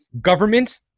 governments